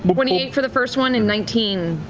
but twenty eight for the first one, and nineteen.